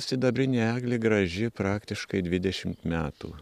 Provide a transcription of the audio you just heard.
sidabrinė eglė graži praktiškai dvidešimt metų